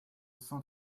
cent